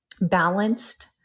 balanced